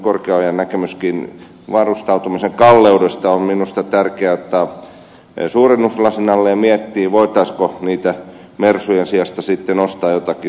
korkeaojan näkemys varustautumisen kalleudesta on minusta tärkeä ottaa suurennuslasin alle ja on tärkeä miettiä voitaisiinko niitten mersujen sijasta sitten ostaa jotakin muuta